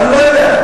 אני לא יודע.